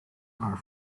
are